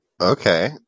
Okay